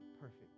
perfect